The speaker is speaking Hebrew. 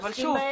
אבל שוב.